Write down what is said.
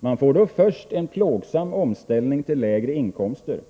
Man får då först en plågsam omställning till lägre inkomster.